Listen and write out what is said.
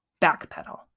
Backpedal